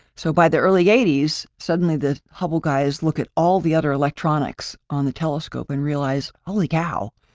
so, by the early eighty s, suddenly the hubble guys look at all the other electronics on the telescope and realize, holy cow.